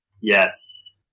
Yes